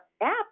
app